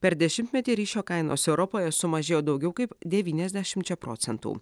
per dešimtmetį ryšio kainos europoje sumažėjo daugiau kaip devyniasdešimčia procentų